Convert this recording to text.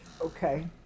Okay